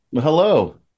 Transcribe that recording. Hello